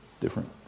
different